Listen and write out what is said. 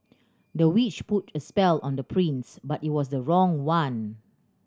the witch put a spell on the prince but it was the wrong one